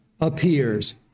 appears